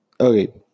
Okay